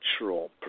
natural